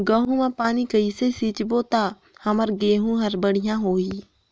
गहूं म पानी कइसे सिंचबो ता हमर गहूं हर बढ़िया होही?